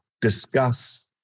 discuss